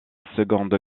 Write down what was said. seconde